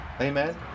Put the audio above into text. amen